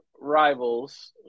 rivals